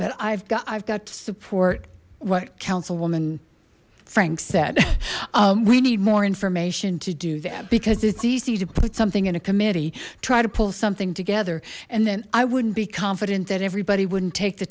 but i've got i've got to support what councilwoman frank said we need more information to do that because it's easy to put something in a committee try to pull something together and then i wouldn't be confident that everybody wouldn't take the